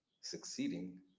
succeeding